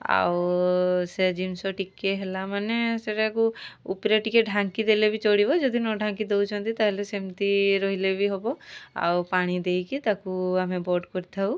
ଆଉ ସେ ଜିନିଷ ଟିକେ ହେଲା ମାନେ ସେଇଟାକୁ ଉପରେ ଟିକେ ଢାଙ୍କି ଦେଲେ ବି ଚଳିବ ଯଦି ନ ଢାଙ୍କି ଦେଉଛନ୍ତି ତାହେଲେ ସେମିତି ରହିଲେ ବି ହେବ ଆଉ ପାଣି ଦେଇକି ତାକୁ ଆମେ ବୋଟ୍ କରିଥାଉ